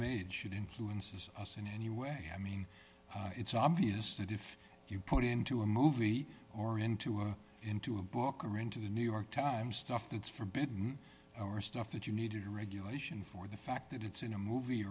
made should influences us in any way i mean it's obvious that if you put into a movie or into a into a book or into the new york times stuff that's forbid not our stuff that you need a regulation for the fact that it's in a movie